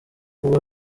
kuba